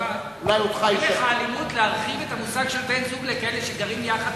להרחיב את המושג בן-זוג לכאלה שחיים ביחד,